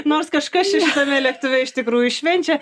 nors kažkas šitame lėktuve iš tikrųjų švenčia